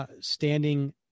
standing